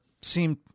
seemed